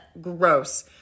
Gross